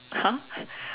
!huh!